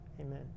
Amen